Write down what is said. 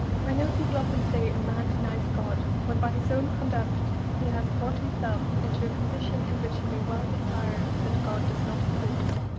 i know people often say, a man denies god when by his own conduct he has brought himself into a condition in which he may well desire that god does not exist.